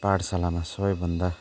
पाठशालामा सबैभन्दा